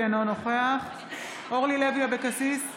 אינו נוכח אורלי לוי אבקסיס,